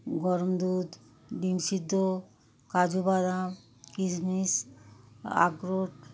গরম দুধ ডিম সিদ্ধ কাজু বাদাম কিশমিশ আখরোট